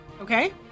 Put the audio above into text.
Okay